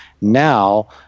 now